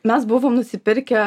mes buvom nusipirkę